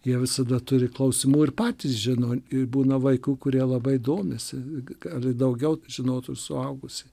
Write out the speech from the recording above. jie visada turi klausimų ir patys žino ir būna vaikų kurie labai domisi gali daugiau žinot už suaugusi